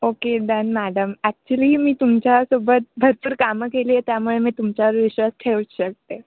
okay done madam actually मी तुमच्यासोबत भरपूर कामं केली आहे त्यामुळे मी तुमच्यावर विश्वास ठेवूच शकते